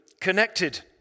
connected